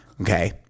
Okay